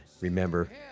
Remember